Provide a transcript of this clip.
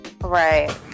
right